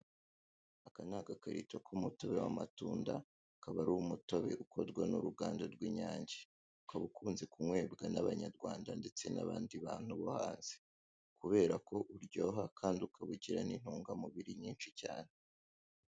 Aka ni agakarito k' umutobe w'amatunda, kaba ari umutobe ukorwa n' uruganda rw' inyange, ukaba ukunze kunywebwa n'abanyarwanda ndetse n'abandi bantu bo hanze, kuberako uryoha kandi ukaba ugira n'intungamubiri nyinshi cyane.